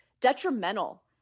detrimental